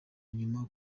nyuma